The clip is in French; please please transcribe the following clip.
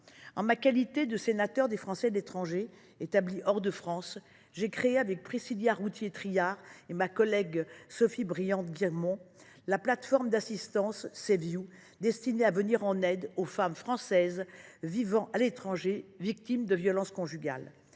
En ma qualité de sénateur des Français établis hors de France, j’ai créé avec Priscillia Routier Trillard et ma collègue Sophie Briante Guillemont la plateforme d’assistance Save You, destinée à venir en aide aux femmes françaises vivant à l’étranger et victimes de violences conjugales.